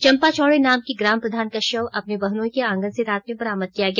चंपा चौड़े नाम की ग्राम प्रधान का शव अपने बहनोई के आंगन से रात में बरामद किया गया